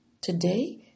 Today